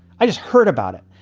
i just heard about it.